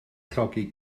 llogi